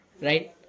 right